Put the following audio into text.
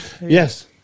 Yes